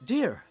Dear